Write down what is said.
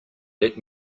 let